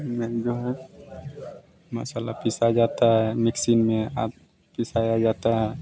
इसमें जो है मसाला पीसा जाता है मिक्सी में अब पिसाया जाता है